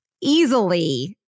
easily